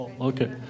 okay